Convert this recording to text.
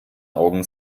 augen